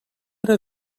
era